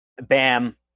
Bam